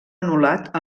anul·lat